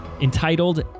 entitled